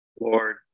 Lord